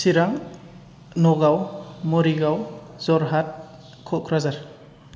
Chirang Nagaon Morigaon Jorhat Kokrajhar